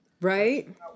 Right